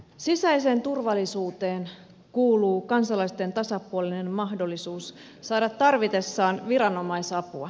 sisäiseen turvallisuuteen kuuluu kansalaisten tasapuolinen mahdollisuus saada tarvitessaan viranomaisapua